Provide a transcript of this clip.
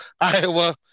Iowa